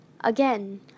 again